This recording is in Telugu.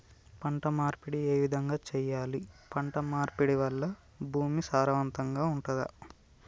పంట మార్పిడి ఏ విధంగా చెయ్యాలి? పంట మార్పిడి వల్ల భూమి సారవంతంగా ఉంటదా?